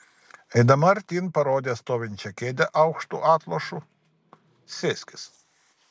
eidama artyn parodė stovinčią kėdę aukštu atlošu sėskis